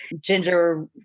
ginger